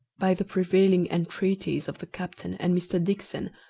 by the prevailing entreaties of the captain and mr. dixon,